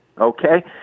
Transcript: okay